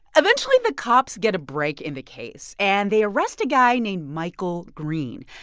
eventually, the cops get a break in the case, and they arrest a guy named michael green,